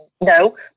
No